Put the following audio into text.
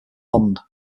pond